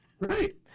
Right